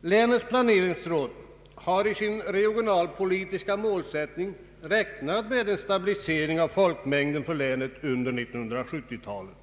Länets planeringsråd har i sin regionalpolitiska målsättning räknat med en stabilisering av folkmängden för länet under 1970-talet.